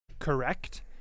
correct